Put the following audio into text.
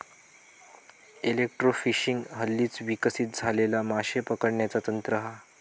electrofishing हल्लीच विकसित झालेला माशे पकडण्याचा तंत्र हा